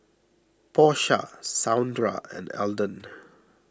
Porsha Saundra and Alden